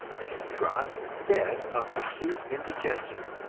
and dropped dead of acute indigestion.